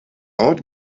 ort